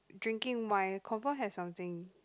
drinking wine confirm have something